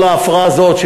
כל ההפרעה הזאת,